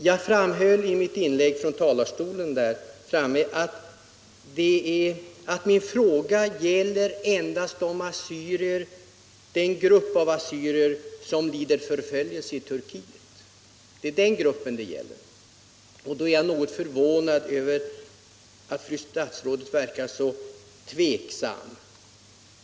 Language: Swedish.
Jag framhöll i mitt inlägg framme i talarstolen att min fråga gäller endast den grupp av assyrier som lider förföljelse i Turkiet — det är den gruppen det gäller. Jag är därför något förvånad över att fru statsrådet verkar så tveksam.